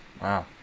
Wow